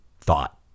thought